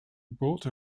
brought